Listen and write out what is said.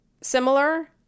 similar